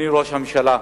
הממשלה,